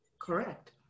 Correct